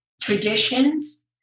traditions